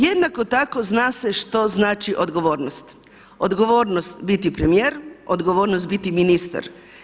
Jednako tako zna se što znači odgovornost, odgovornost biti premijer, odgovornost biti ministar.